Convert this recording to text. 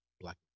black